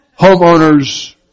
Homeowners